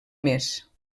més